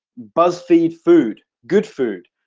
buzzfeed food good food